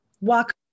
walk